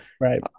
Right